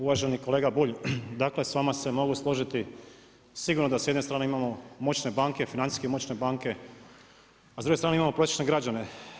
Uvaženi kolega Bulj, dakle s vama se mogu složiti, sigurno da s jedne strane imamo moćne banke, financijske moćne banke, a s druge strane imamo prosječne građane.